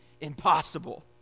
impossible